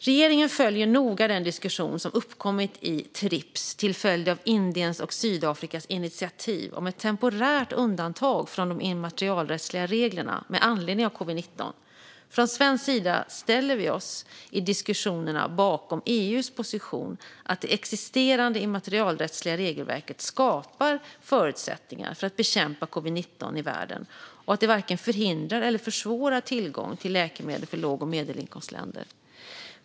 Regeringen följer noga den diskussion som uppkommit i Trips till följd av Indiens och Sydafrikas initiativ om ett temporärt undantag från de immaterialrättsliga reglerna med anledning av covid-19. Från svensk sida ställer vi oss i diskussionerna bakom EU:s position att det existerande immaterialrättsliga regelverket skapar förutsättningar för att bekämpa covid-19 i världen och att det varken förhindrar eller försvårar tillgång till läkemedel för låg och medelinkomstländer.